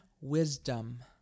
wisdom